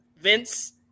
Vince